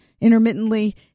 intermittently